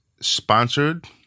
sponsored